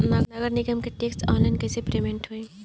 नगर निगम के टैक्स ऑनलाइन कईसे पेमेंट होई?